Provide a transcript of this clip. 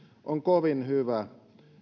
on kovin hyvä